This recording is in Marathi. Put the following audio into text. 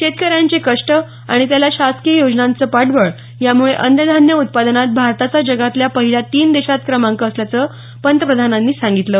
शेतकऱ्यांचे कष्ट आणि त्याला शासकीय योजनांच पाठबळ यामुळे अन्नधान्य उत्पादनात भारताचा जगातल्या पहिल्या तीन देशात क्रमांक असल्याचं पंतप्रधानांनी सांगितलं